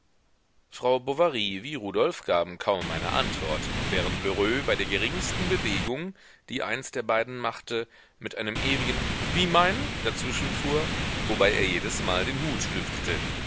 frau bovary wie rudolf gaben kaum eine antwort während lheureux bei der geringsten bewegung die eins der beiden machte mit einem ewigen wie meinen dazwischenfuhr wobei er jedesmal den hut lüftete